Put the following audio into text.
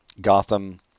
Gotham